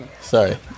Sorry